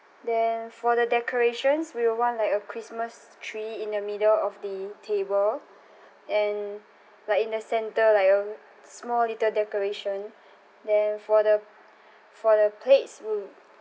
then for the decorations we will want like a christmas tree in the middle of the table and like in the centre like a small little decoration then for the for the plates will